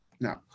Now